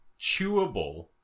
chewable